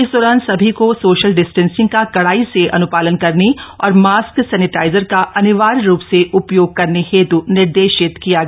इस दौरान सभी को सोशल डिस्टेंसिंग का कड़ाई से अनुपालन करें और मास्क सेनिटाइजर का अनिवार्य रूप से उपयोग करने हेतु निर्देशित किया गया